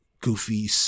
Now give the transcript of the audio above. goofy